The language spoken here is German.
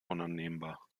unannehmbar